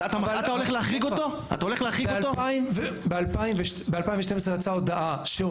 רגע, אתה עתרת לבג"צ ב-2012 על ההודעה?